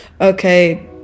okay